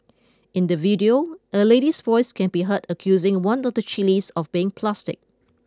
in the video a lady's voice can be heard accusing one of the chillies of being plastic